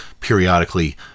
periodically